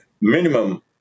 minimum